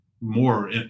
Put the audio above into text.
more